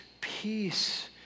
peace